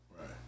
right